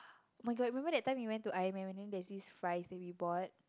oh-my-god remember that time we went to I_M_M and then there's this fries that we bought